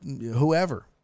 whoever